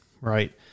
right